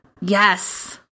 Yes